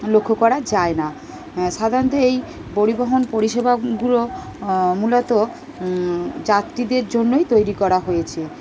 লক্ষ্য করা যায় না সাধারণত এই পরিবহন পরিষেবাগুলো মূলত যাত্রীদের জন্যই তৈরি করা হয়েছে